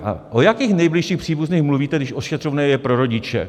A o jakých nejbližších příbuzných mluvíte, když ošetřovné je pro rodiče?